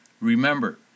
Remember